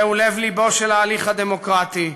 זהו לב-לבו של ההליך הדמוקרטי.